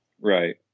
Right